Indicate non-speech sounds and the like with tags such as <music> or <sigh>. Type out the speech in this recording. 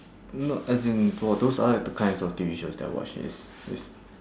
<breath> no no as in for those I like the kinds of shows that I watch is is